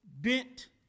bent